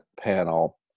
panel